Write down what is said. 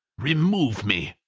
remove me!